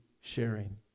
sharing